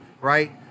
right